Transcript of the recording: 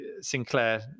Sinclair